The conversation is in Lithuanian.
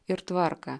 ir tvarką